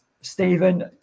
Stephen